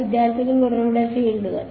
വിദ്യാർത്ഥി ഉറവിട ഫീൽഡുകൾ